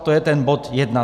To je ten bod jedna.